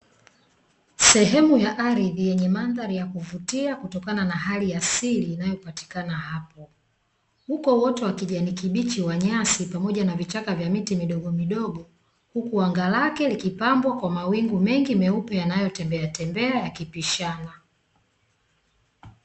Sehemu ya ardhi yenye mandhari ya kuvutia kutokana na hali ya asili inayopatikana hapo. Uko uoto wa kijani kibichi wa nyasi pamoja na vichaka vya miti midogomidogo, huku anga lake likipambwa kwa mawingu mengi meupe yanayotembeatembea yakipishana.